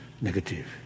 negative